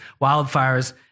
wildfires